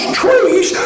trees